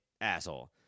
asshole